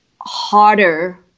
harder